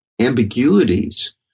ambiguities